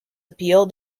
appeal